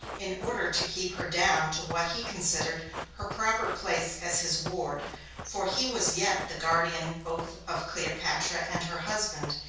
in order to keep her down to what he considered her proper place as his ward for he was yet the guardian both of cleopatra and her husband,